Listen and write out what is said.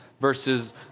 versus